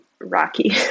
rocky